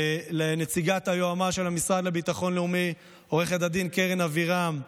לנציגת היועמ"ש של המשרד לביטחון לאומי עו"ד קרן אבירם,